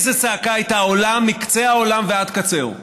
איזו צעקה הייתה עולה מקצה העולם ועד קצהו,